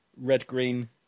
red-green